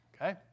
okay